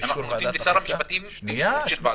באישור ועדת החוקה -- אנחנו רוצים ששר המשפטים --- שנייה חמד,